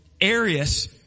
Arius